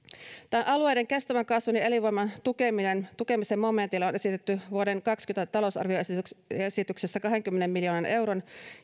tälle alueiden kestävän kasvun ja elinvoiman tukemisen tukemisen momentille on esitetty vuoden kaksikymmentä talousarvioesityksessä kahdenkymmenen miljoonan euron